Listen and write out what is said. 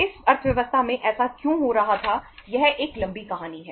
इस अर्थव्यवस्था में ऐसा क्यों हो रहा था यह एक लंबी कहानी है